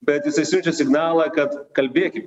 bet jisai siunčia signalą kad kalbėkim